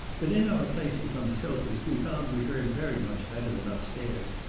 but in our places on the sofas we found we heard very much better than up stairs,